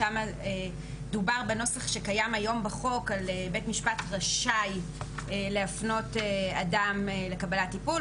שם דובר בנוסח שקיים היום בחוק על בית משפט רשאי להפנות אדם לקבל טיפול,